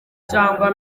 cyangwa